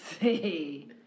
see